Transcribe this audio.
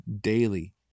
daily